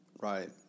Right